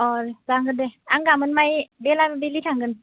अ जागोन दे आं गाबोन माइ मोनाबिलि थांगोन